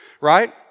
right